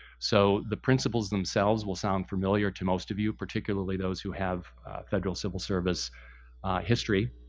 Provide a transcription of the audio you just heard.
so the principles themselves will sound familiar to most of you, particularly those who have federal civil service history.